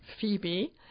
Phoebe